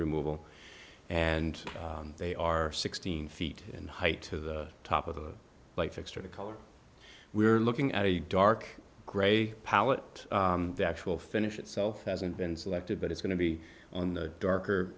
removal and they are sixteen feet in height to the top of the light fixture the color we're looking at a dark gray palette the actual finish itself hasn't been selected but it's going to be on the darker